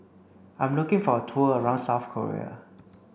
I'm looking for a tour around South Korea